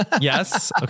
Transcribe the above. Yes